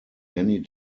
many